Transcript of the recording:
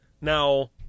Now